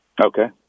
Okay